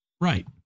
right